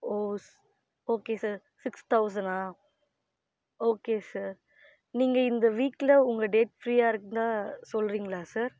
ஓ ஸ் okay sir six தௌசண்ட்னால் okay sir நீங்கள் இந்த வீக்கில் உங்கள் டேட் ஃப்ரீயாக இருந்தால் சொல்கிறீங்களா சார்